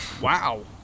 Wow